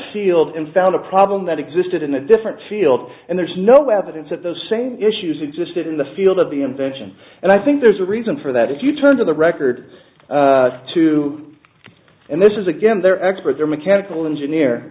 field and found a problem that existed in a different field and there's no evidence that those same issues existed in the field of the invention and i think there's a reason for that if you turn to the record too and this is again their expert their mechanical engineer